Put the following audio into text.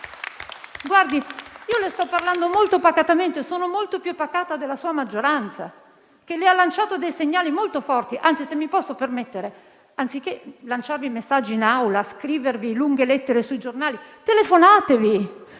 Io le sto parlando molto pacatamente. Sono molto più pacata della sua maggioranza, che le ha lanciato dei segnali molto forti. Anzi, se mi posso permettere, anziché lanciarvi messaggi in Aula, scrivervi lunghe lettere sui giornali, telefonatevi;